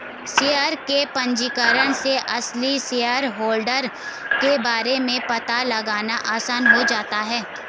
share के पंजीकरण से असली शेयरहोल्डर के बारे में पता लगाना आसान हो जाता है